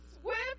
swift